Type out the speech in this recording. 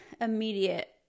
immediate